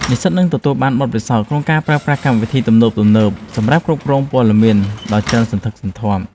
និស្សិតនឹងទទួលបានបទពិសោធន៍ក្នុងការប្រើប្រាស់កម្មវិធីទំនើបៗសម្រាប់គ្រប់គ្រងព័ត៌មានដ៏ច្រើនសន្ធឹកសន្ធាប់។